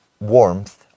warmth